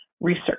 research